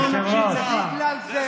הוא רימה את הציבור.